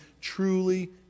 truly